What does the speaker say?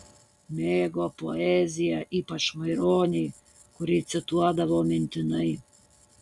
mėgo poeziją ypač maironį kurį cituodavo mintinai